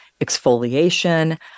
exfoliation